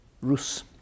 Rus